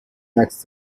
next